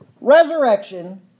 resurrection